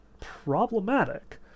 problematic